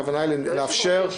הכוונה היא לאפשר דיון רצוף.